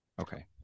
Okay